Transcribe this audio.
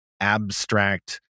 abstract